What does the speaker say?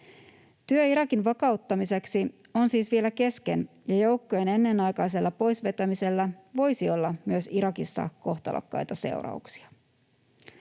Työ Irakin vakauttamiseksi on siis vielä kesken, ja joukkojen ennenaikaisella pois vetämisellä voisi olla myös Irakissa kohtalokkaita seurauksia.